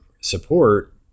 support